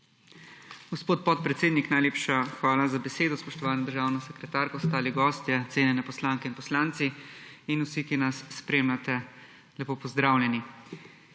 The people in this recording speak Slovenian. Gospod podpredsednik, hvala za besedo. Spoštovana državna sekretarka, ostali gostje, cenjene poslanke in poslanci in vsi, ki nas spremljate, lepo pozdravljeni!